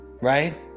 Right